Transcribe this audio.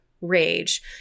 rage